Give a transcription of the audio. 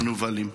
מנוולים.